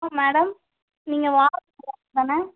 madam நீங்கள் வாழைப் பழ தோட்டம் தானே